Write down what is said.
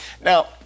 Now